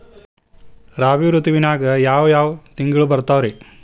ರಾಬಿ ಋತುವಿನಾಗ ಯಾವ್ ಯಾವ್ ತಿಂಗಳು ಬರ್ತಾವ್ ರೇ?